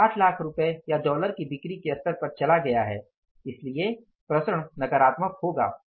यह 8 लाख रुपये या डॉलर की बिक्री के स्तर पर चला गया है इसलिए प्रसरण नकारात्मक होगा